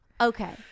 Okay